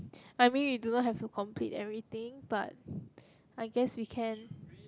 I mean we do not have to complete everything but I guess we can